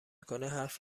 کنه، حرف